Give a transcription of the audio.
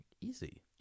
easy